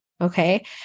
okay